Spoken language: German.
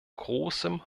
großem